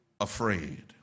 afraid